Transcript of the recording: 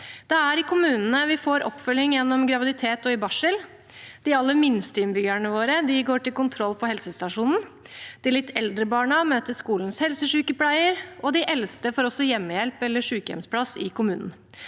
Det er i kommunene vi får oppfølging gjennom graviditet og i barsel. De aller minste innbyggerne våre går til kontroll på helsestasjonen. De litt eldre barna møter skolens helsesykepleier, og de eldste får også hjemmehjelp eller sykehjemsplass i kommunen.